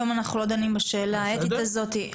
היום אנחנו לא דנים בשאלה האתית הזאת.